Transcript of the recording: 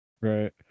right